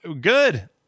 good